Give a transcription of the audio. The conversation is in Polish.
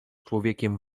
człowiekiem